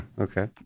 Okay